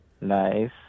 Nice